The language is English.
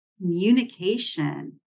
communication